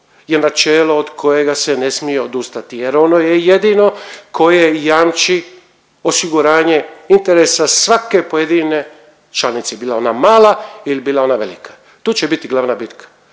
je načelo od kojega se ne smije odustati jer ono je jedino koje jamči osiguranje interesa svake pojedine članice, bila ona mala ili bila ona velika. Tu će biti glavna bitka.